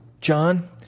John